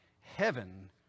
heaven